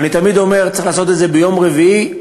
ואני תמיד אומר שצריך לעשות את זה ביום רביעי,